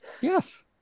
Yes